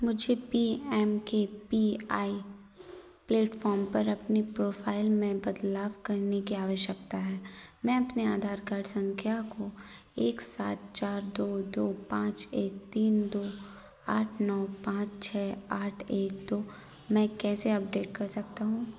मुझे P M K P I platform पर अपनी प्रोफ़ाइल में बदलाव करने की आवश्यकता है मैं अपने आधार कार्ड संख्या को एक सात चार दो दो पाँच एक तीन दो आठ नौ पाँच छः आठ एक दो में कैसे अपडेट कर सकता हूँ